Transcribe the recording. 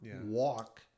walk